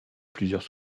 plusieurs